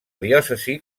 diòcesi